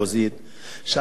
שם הכול מתוכנן.